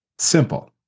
Simple